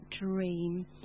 dream